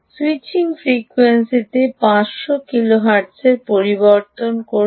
switching ফ্রিকোয়েন্সিটি 500 কিলোহার্টজে পরিবর্তন করুন